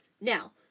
Now